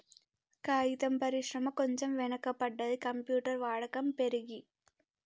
కాగితం పరిశ్రమ కొంచెం వెనక పడ్డది, కంప్యూటర్ వాడకం పెరిగి